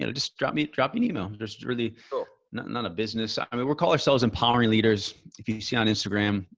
and just drop me, drop me an email. there's really not and a business. i mean, we're call ourselves empowering leaders. if you see on instagram,